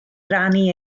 rannu